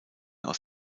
aus